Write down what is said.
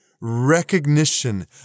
recognition